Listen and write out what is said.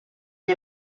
gli